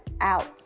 out